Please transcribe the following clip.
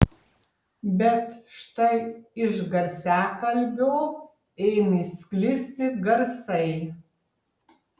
bet štai iš garsiakalbio ėmė sklisti garsai